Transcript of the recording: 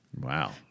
Wow